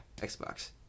Xbox